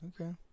Okay